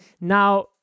Now